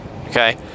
Okay